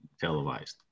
televised